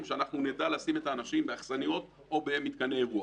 שאנחנו נדע לשים את האנשים באכסניות או במתקני אירוח.